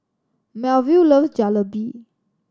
Melville loves Jalebi